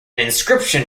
inscription